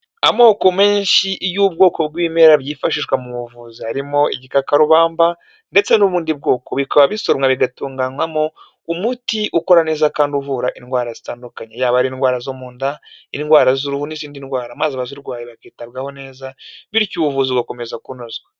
Amoko menshi y'ubwoko bw'ibimera byifashishwa mu buvuzi arimo igikakarubamba ndetse n'ubundi bwoko bikaba bisomwa bigatunganywamo umuti ukora neza kandi uvura indwara zitandukanye, yaba ari indwara zo mu nda, indwara z'uruhu n'izindi ndwara maze abazirwaye bakitabwaho neza bityo ubuvuzi bugakomeza kunozwa.